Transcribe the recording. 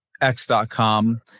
x.com